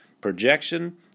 projection